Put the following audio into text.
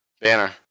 banner